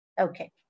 Okay